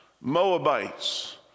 Moabites